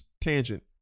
tangent